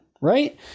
Right